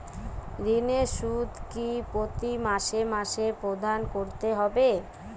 ঋণের সুদ কি প্রতি মাসে মাসে প্রদান করতে হবে?